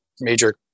major